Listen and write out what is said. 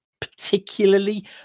particularly